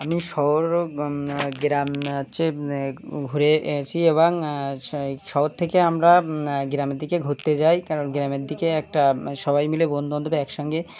আমি শহরের ও গ্রাম হচ্ছে ঘুরে এসেছি এবং শহর থেকে আমরা গ্রামের দিকে ঘুরতে যাই কারণ গ্রামের দিকে একটা সবাই মিলে বন্ধু বান্ধব একসঙ্গে